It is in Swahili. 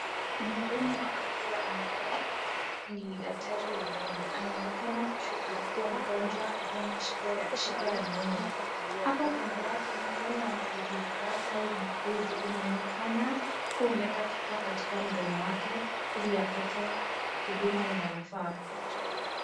Mhudumu wa afya ambaye ni daktari wa neno, anaonekana kushughulikia mgonjwa aliye na shida ya meno. Hapo kando yake mkono wa msaidizi wake au muuguzi unaonekana kuwa umeweka kifaa katika mdomo wake, ili apate huduma inayofaa.